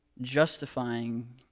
justifying